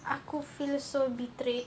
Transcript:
aku feel so betrayed